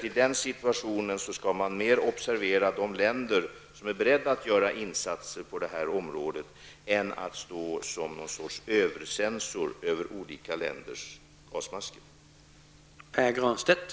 I den situationen skall man mer observera de länder som är beredda att göra insatser på detta område än att stå som någon sorts övercensor beträffande olika länders skyddsmasker.